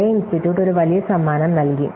clay institute ഒരു വലിയ സമ്മാനം നൽകി